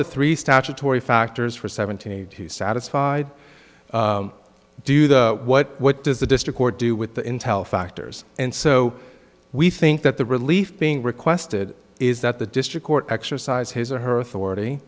the three statutory factors for seventy two satisfied do the what what does the district or do with the intel factors and so we think that the relief being requested is that the district court exercise his or her authority